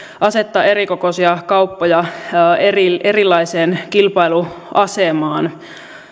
asettaa erikokoisia kauppoja erilaiseen kilpailuasemaan